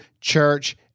church